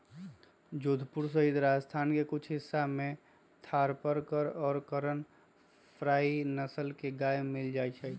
जोधपुर सहित राजस्थान के कुछ हिस्सा में थापरकर और करन फ्राइ नस्ल के गाय मील जाहई